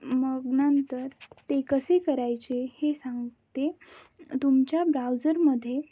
मग नंतर ते कसे करायचे हे सांगते तुमच्या ब्राउजरमध्ये